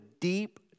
deep